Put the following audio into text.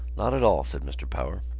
not at all, said mr. power.